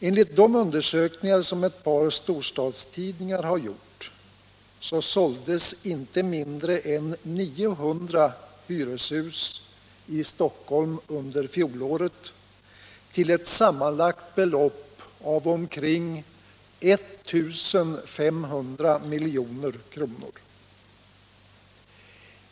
Enligt de undersökningar som ett par storstadstidningar har gjort såldes inte mindre än 900 hyreshus i Stockholm under fjolåret, till ett sammanlagt belopp av omkring 1 500 milj.kr.